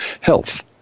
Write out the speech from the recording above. health